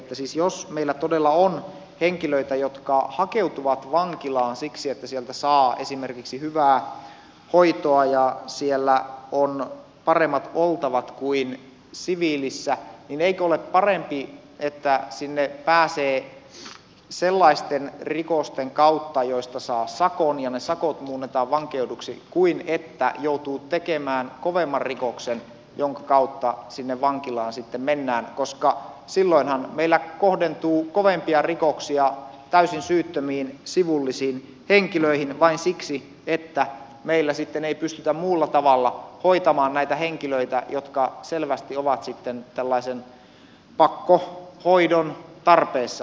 siis jos meillä todella on henkilöitä jotka hakeutuvat vankilaan siksi että sieltä saa esimerkiksi hyvää hoitoa ja siellä on paremmat oltavat kuin siviilissä niin eikö ole parempi että sinne pääsee sellaisten rikosten kautta joista saa sakon ja ne sakot muunnetaan vankeudeksi kuin että joutuu tekemään kovemman rikoksen jonka kautta sinne vankilaan sitten mennään koska silloinhan meillä kohdentuu kovempia rikoksia täysin syyttömiin sivullisiin henkilöihin vain siksi että meillä sitten ei pystytä muulla tavalla hoitamaan näitä henkilöitä jotka selvästi ovat tällaisen pakkohoidon tarpeessa